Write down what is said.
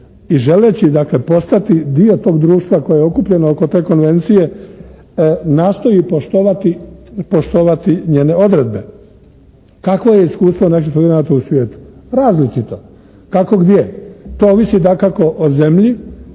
dakle postati dio tog društva koje je okupljeno oko te konvencije nastoji poštovati njene odredbe. Kakvo je iskustvo naših studenata u svijetu? Različito. Kako gdje. To ovisi dakako o zemlji